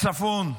הצפון,